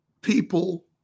people